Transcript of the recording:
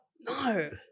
no